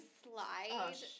slide